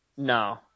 No